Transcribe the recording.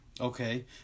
Okay